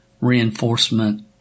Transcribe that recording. reinforcement